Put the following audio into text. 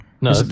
no